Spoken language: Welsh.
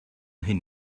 hyn